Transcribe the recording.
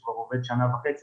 שהוא כבר עובד שנה וחצי,